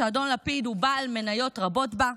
שאדון לפיד הוא בעל מניות רבות בה.